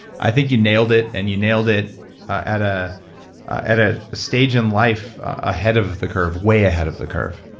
i think you nailed it, and you nailed it at a at a stage in life ahead of the curve, way ahead of the curve,